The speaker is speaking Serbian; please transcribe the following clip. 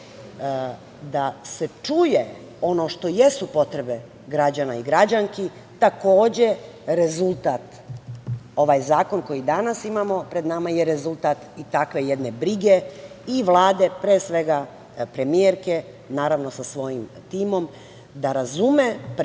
da se čuje ono što jesu potrebe građana i građanki, takođe rezultat. Ovaj zakon koji danas imamo pred vama je rezultat i takve jedne brige i Vlade, pre svega premijerke, naravno sa svojim timom, da razume,